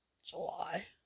July